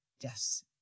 yes